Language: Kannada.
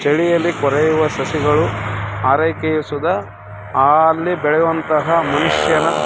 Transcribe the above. ಚಳಿಯಲ್ಲಿ ಕೊರೆಯುವ ಸಸಿಗಳು ಆರೈಕೆಯು ಸುದಾ ಅಲ್ಲಿ ಬೆಳೆಯುವಂತಹ ಮನುಷ್ಯನ